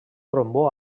trombó